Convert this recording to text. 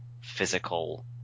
physical